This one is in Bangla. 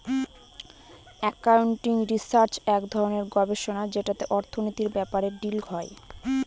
একাউন্টিং রিসার্চ এক ধরনের গবেষণা যেটাতে অর্থনীতির ব্যাপারে ডিল হয়